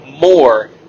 more